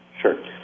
Sure